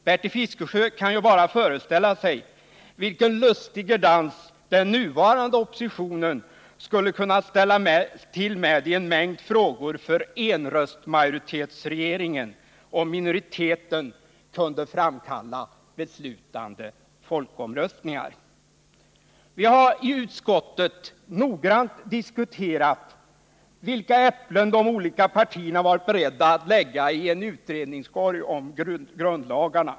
Bertil Fiskesjö kan ju bara föreställa sig vilken lustiger dans för enröstsmajoritetsregeringen den nuvarande oppositionen skulle kunna ställa till med i en mängd frågor, om minoriteten kunde framkalla beslutande folkomröstningar. Vi har i utskottet noggrant diskuterat vilka äpplen de olika partierna har varit beredda att lägga i en utredningskorg om grundlagarna.